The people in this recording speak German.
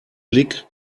blick